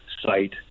site